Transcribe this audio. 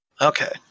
Okay